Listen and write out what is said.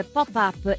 Pop-Up